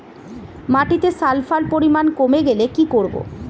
মাটিতে সালফার পরিমাণ কমে গেলে কি করব?